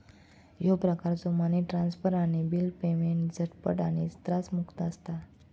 ह्यो प्रकारचो money transfer आणि बिल पेमेंट झटपट आणि त्रासमुक्त असता